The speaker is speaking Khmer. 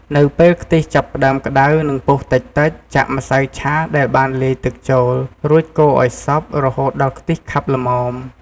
នៅពេលខ្ទិះចាប់ផ្ដើមក្ដៅ និងពុះតិចៗ ចាក់ម្សៅឆាដែលបានលាយទឹកចូល រួចកូរឱ្យសព្វ រហូតដល់ខ្ទិះខាប់ល្មម។